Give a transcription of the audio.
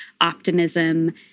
optimism